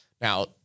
Now